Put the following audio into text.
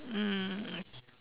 mm